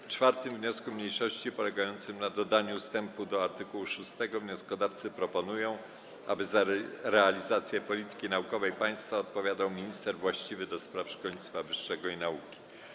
W 4. wniosku mniejszości, polegającym na dodaniu ustępu do art. 6, wnioskodawcy proponują, aby za realizację polityki naukowej państwa odpowiadał minister właściwy do spraw szkolnictwa wyższego i nauki.